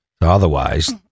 otherwise